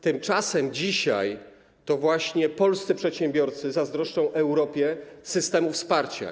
Tymczasem dzisiaj to właśnie polscy przedsiębiorcy zazdroszczą Europie systemu wsparcia.